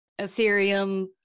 Ethereum